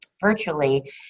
virtually